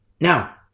Now